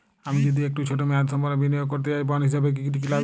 আমি যদি একটু ছোট মেয়াদসম্পন্ন বিনিয়োগ করতে চাই বন্ড হিসেবে কী কী লাগবে?